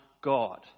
God